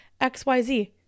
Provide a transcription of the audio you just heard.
XYZ